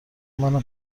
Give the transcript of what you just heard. منم